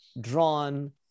drawn